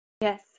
Yes